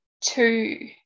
Two